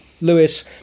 Lewis